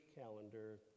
calendar